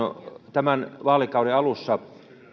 tämän vaalikauden alussa